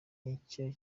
nicyo